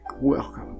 Welcome